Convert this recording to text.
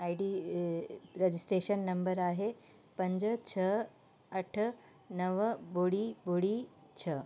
ID registration number आहे पंज छह अठ नव ॿुड़ी ॿुड़ी छह